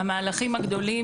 מאז 2012 קרו מהלכים גדולים.